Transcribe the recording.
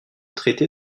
traité